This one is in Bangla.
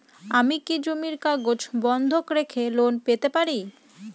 আমি কি জমির কাগজ বন্ধক রেখে লোন পেতে পারি?